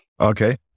Okay